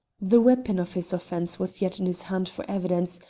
the weapon of his offence was yet in his hand for evidence,